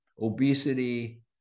obesity